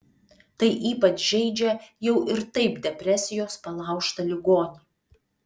tai ypač žeidžia jau ir taip depresijos palaužtą ligonį